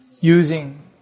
using